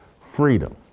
freedom